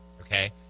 Okay